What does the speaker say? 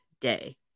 day